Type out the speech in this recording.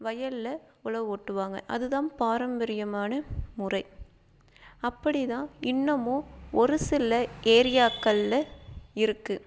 வயலில் உழவு ஓட்டுவாங்க அது தான் பாரம்பரியமான முறை அப்படி தான் இன்னமும் ஒரு சில ஏரியாக்களில் இருக்குது